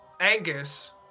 Angus